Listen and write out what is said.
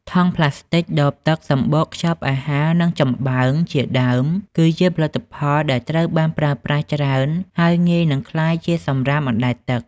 ថង់ប្លាស្ទិក ដបទឹក សម្បកខ្ចប់អាហារ និងចំបើង ជាដើម គឺជាផលិតផលដែលត្រូវបានប្រើប្រាស់ច្រើន ហើយងាយនឹងក្លាយជាសំរាមអណ្តែតទឹក។